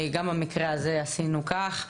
גם במקרה הזה עשינו כך.